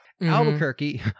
Albuquerque-